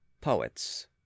Poets